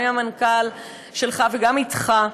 גם עם המנכ"ל שלך וגם אתך,